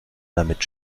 damit